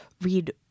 read